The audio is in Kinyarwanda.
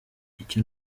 icyo